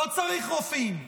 לא צריך רופאים,